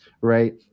right